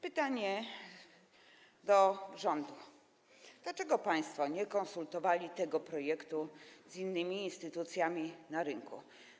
Pytanie do rządu: Dlaczego państwo nie konsultowali tego projektu z innymi instytucjami na rynku?